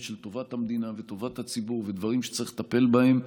של טובת המדינה וטובת הציבור ודברים שצריך לטפל בהם.